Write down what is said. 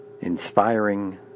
inspiring